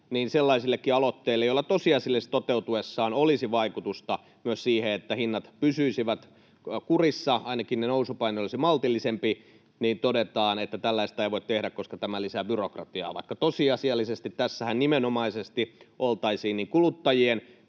niin sellaisistakin aloitteista, joilla tosiasiallisesti toteutuessaan olisi vaikutusta myös siihen, että hinnat pysyisivät kurissa — ainakin se nousupaine olisi maltillisempi — todetaan, että tällaista ei voi tehdä, koska tämä lisää byrokratiaa, vaikka tosiasiallisesti tässähän nimenomaisesti oltaisiin niin kuluttajien